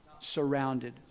surrounded